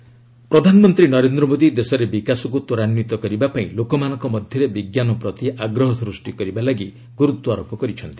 PM science festival ପ୍ରଧାନମନ୍ତ୍ରୀ ନରେନ୍ଦ୍ର ମୋଦୀ ଦେଶରେ ବିକାଶକୁ ତ୍ୱରାନ୍ୱିତ କରିବା ପାଇଁ ଲୋକମାନଙ୍କ ମଧ୍ୟରେ ବିଜ୍ଞାନ ପ୍ରତି ଆଗ୍ରହ ସୃଷ୍ଟି କରିବା ଲାଗି ଗୁର୍ତ୍ୱାରୋପ କରିଛନ୍ତି